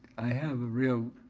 i have a real,